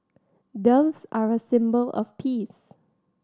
doves are a symbol of peace